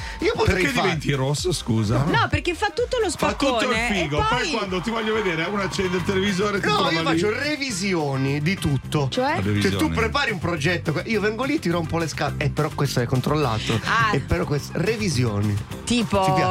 Io potrei Perché fare- diventi rosso, scusa? No, no, perché fa tutto lo Fa tutto il spaccone e figo, poi poi- quando ti voglio vedere, uno accende il televisore e ti No, trova io lì. faccio revisioni di tutto. Cioè? La Cioè, tu revisione. prepari un progetto, io vengo lì, ti rompo le scatole. Eh, però questo è controllato. Ah. Eh, però questo- revisioni. Tipo- Ci-